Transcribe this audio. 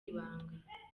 ibanga